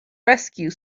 rescue